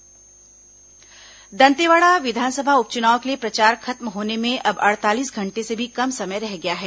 दंतेवाड़ा उप चुनाव दंतेवाड़ा विधानसभा उप चुनाव के लिए प्रचार खत्म होने में अब अड़तालीस घंटे से भी कम समय रह गया है